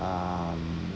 um